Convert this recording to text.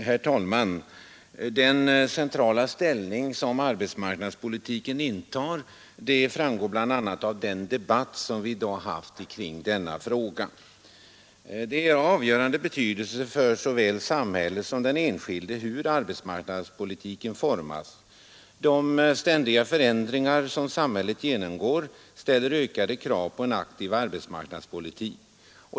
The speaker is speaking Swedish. Herr talman! Den centrala ställning som arbetsmarknadspolitiken intar framgår bl.a. av den debatt som vi i dag haft i denna fråga. Det är av avgörande betydelse för såväl samhället som den enskilde hur arbetsmarknadspolitiken utformas. De ständiga förändringar som samhället genomgår ställer ökade krav på en aktiv arbetsmarknadspolitik.